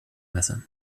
messe